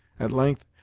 at length,